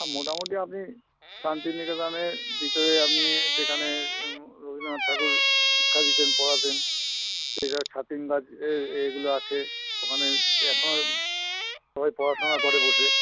হ্যাঁ মোটামুটি আপনি শান্তিনিকেতনের ভিতরে আপনি যেখানে রবীন্দ্রনাথ ঠাকুর শিক্ষা দিতেন পড়াতেন যেখানে ছাতিম গাছ এর এ এগুলো আছে ওখানে এখন সবাই পড়াশোনা করে বসে